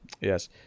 Yes